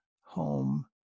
home